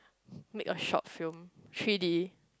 make your short film three-D